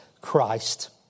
Christ